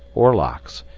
oar locks,